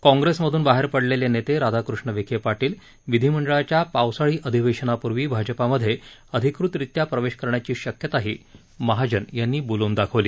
काँग्रेसमधून बाहेर पडलेले नेते राधाकृष्ण विखे पाटील विधीमंडळाच्या पावसाळी अधिवेशनापूर्वी भाजपमध्ये अधिकृतरीत्या प्रवेश करण्याची शक्यताही महाजन यांनी बोल्न दाखवली